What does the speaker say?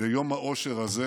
ביום האושר הזה,